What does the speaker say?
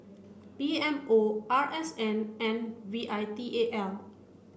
P M O R S N and V I T A L